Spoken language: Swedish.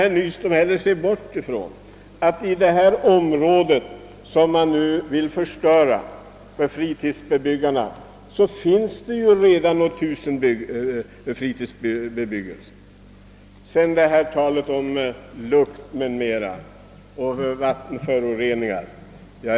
Herr Nyström bör inte heller bortse ifrån att i det område som man nu vill förstöra för fritidsbebyggarna redan finns något tusental fritidshus. Det har här talats om lukt och vattenföroreningar.